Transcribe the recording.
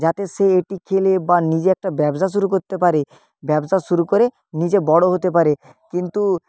যাতে সে এটি খেলে বা নিজে একটা ব্যবসা শুরু করতে পারে ব্যবসা শুরু করে নিজে বড়ো হতে পারে কিন্তু